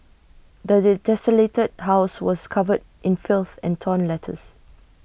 does the desolated house was covered in filth and torn letters